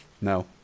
No